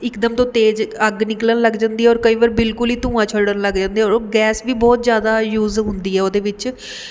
ਇਕਦਮ ਤੋਂ ਤੇਜ਼ ਅੱਗ ਨਿਕਲਣ ਲੱਗ ਜਾਂਦੀ ਹੈ ਔਰ ਕਈ ਵਾਰ ਬਿਲਕੁਲ ਹੀ ਧੂੰਆਂ ਛੱਡਣ ਲੱਗ ਜਾਂਦੇ ਔਰ ਉਹ ਗੈਸ ਵੀ ਬਹੁਤ ਜ਼ਿਆਦਾ ਯੂਜ਼ ਹੁੰਦੀ ਹੈ ਉਹਦੇ ਵਿੱਚ